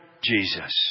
Jesus